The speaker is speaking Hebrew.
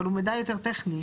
אבל הוא מידע יותר טכני.